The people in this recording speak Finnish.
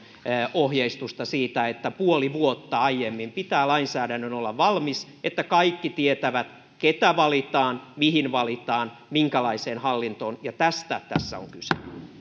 ohjeistusta siitä että puoli vuotta aiemmin pitää lainsäädännön olla valmis jotta kaikki tietävät keitä valitaan mihin valitaan minkälaiseen hallintoon tästä tässä on kyse